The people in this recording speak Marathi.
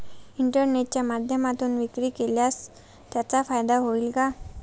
इंटरनेटच्या माध्यमातून विक्री केल्यास त्याचा फायदा होईल का?